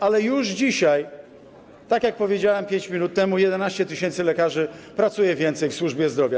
Ale już dzisiaj, tak jak powiedziałem 5 minut temu, o 11 tys. lekarzy więcej pracuje w służbie zdrowia.